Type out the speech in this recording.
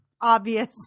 obvious